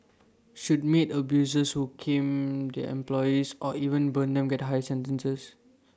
should maid abusers who cane their employees or even burn them get higher sentences